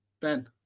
Ben